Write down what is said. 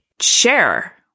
share